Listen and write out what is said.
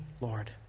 Lord